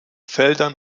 feldern